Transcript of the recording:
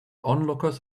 onlookers